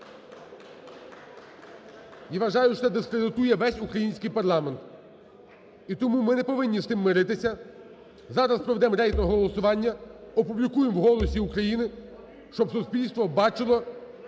і вважаю, що це дискредитує весь український парламент. І тому ми не повинні з тим миритися. Зараз проведемо рейтингове голосування, опублікуємо в "Голосі України", щоб суспільство бачило,